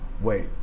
wait